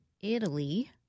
Italy